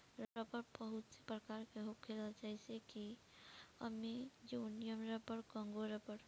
रबड़ बहुते प्रकार के होखेला जइसे कि अमेजोनियन रबर, कोंगो रबड़